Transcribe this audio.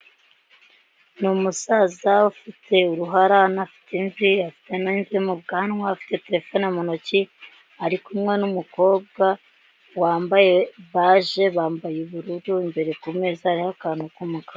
Ni umusaza ufite uruhara, unafite imvi, afite n'imvi mu bwanwa, afite terefone mu ntoki ari kumwe n'umukobwa wambaye baje, bambaye ubururu, imbere ku meza hariho akantu k'umukara.